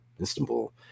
istanbul